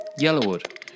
Yellowwood